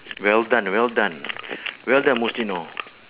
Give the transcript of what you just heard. well done well done well done mustino you know